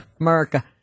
America